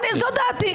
זאת דעתי.